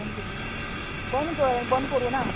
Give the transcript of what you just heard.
बंद कर ना बंद कर बंद करूं ना